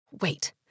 Wait